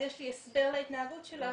אז יש לי הסבר להתנהגות שלה,